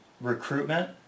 recruitment